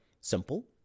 simple